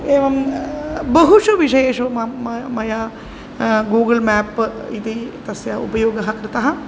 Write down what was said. एवं बहुषु विषयेषु मां मा मया गूगुळ् मेप् इति तस्य उपयोगः कृतः